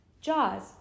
Jaws